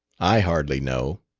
i hardly know.